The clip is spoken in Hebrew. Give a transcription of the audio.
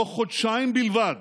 בתוך חודשיים בלבד